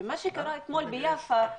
ומה שקרה אתמול ביאפא (יפו),